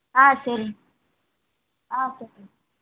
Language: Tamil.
ஆ சரிங்க ஆ சரிங்க